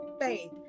faith